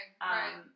Right